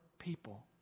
people